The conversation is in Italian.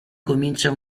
comincia